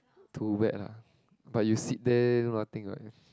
too bad lah but you sit there do nothing what